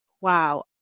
wow